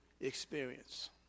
experience